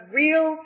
real